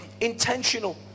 intentional